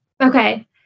Okay